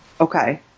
Okay